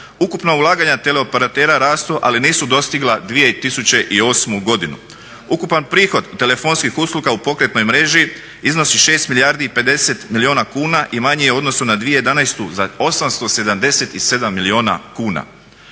Ukupna ulaganja tele operatera rastu ali nisu dostigla 2008. godinu. Ukupan prihod telefonskih usluga u pokretnoj mreži iznosi 6 milijardi i 50 milijuna kuna i manji je u odnosu na 2011. za 877 milijuna kuna.